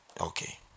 Okay